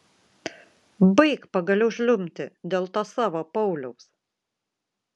baik pagaliau žliumbti dėl to savo pauliaus